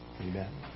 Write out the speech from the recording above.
Amen